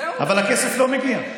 אבל הכסף לא מגיע.